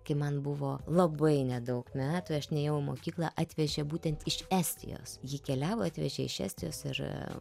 kai man buvo labai nedaug metų aš nėjau į mokyklą atvežė būtent iš estijos ji keliavo atvežė iš estijos ir